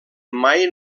mai